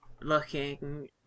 Looking